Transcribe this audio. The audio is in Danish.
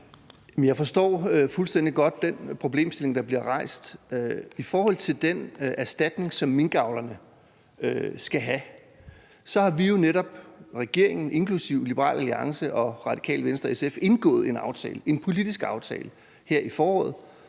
Jeg forstår fuldstændig godt den problemstilling, der bliver rejst. I forhold til den erstatning, som minkavlerne skal have, har vi jo i regeringen inklusive Liberal Alliance, Radikale Venstre og SF her i foråret